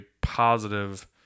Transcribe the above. positive